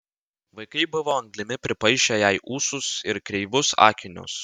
vaikai buvo anglimi pripaišę jai ūsus ir kreivus akinius